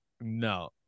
No